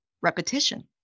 repetition